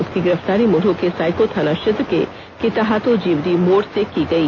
उसकी गिरफ्तारी मुरहू के सायको थाना क्षेत्र के किताहातू जीवरी मोड़ की गई